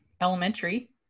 Elementary